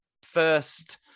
first